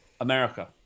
America